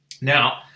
Now